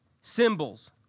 symbols